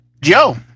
Joe